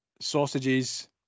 sausages